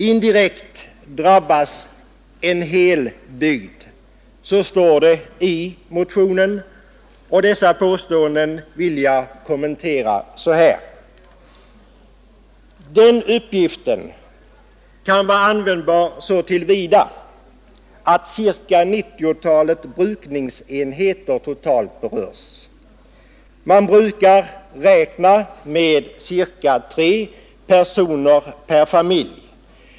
”Indirekt drabbas en hel bygd.” Så står det i motionen. Dessa påståenden vill jag kommentera på följande sätt: Uppgifterna kan vara riktiga så till vida att ca 90-talet brukningsenheter totalt berörs och man räknar med ca 3 personer per familj.